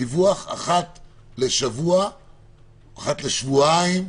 אחת לשבוע או שבועיים,